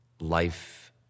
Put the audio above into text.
life